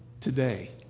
today